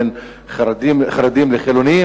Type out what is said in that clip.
בין חרדים לחילונים,